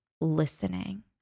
listening